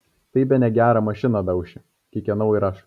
tai bene gerą mašiną dauši kikenau ir aš